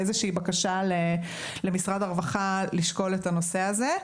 בקשה למשרד הרווחה לשקול את הנושא הזה.